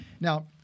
Now